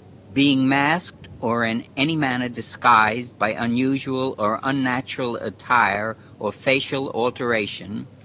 being masked or in any manner disguised by unusual or unnatural attire or facial alteration,